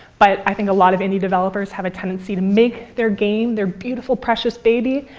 but i think a lot of indie developers have a tendency to make their game their beautiful precious baby,